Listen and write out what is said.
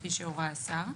כפי שהורה השר,